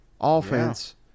offense